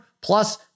plus